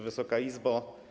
Wysoka Izbo!